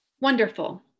Wonderful